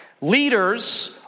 Leaders